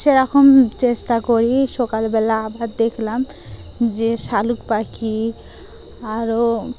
সেরকম চেষ্টা করি সকালবেলা আবার দেখলাম যে শালিক পাখি আরও